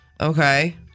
Okay